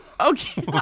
okay